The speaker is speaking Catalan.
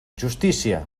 justícia